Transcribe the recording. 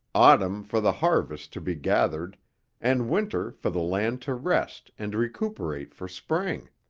autumn for the harvest to be gathered and winter for the land to rest and recuperate for spring.